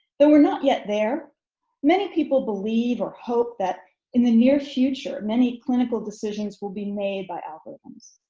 though we're not yet there many people believe or hope that in the near future many clinical decisions will be made by algorithms.